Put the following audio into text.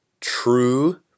true